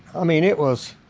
i mean, it was,